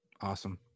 Awesome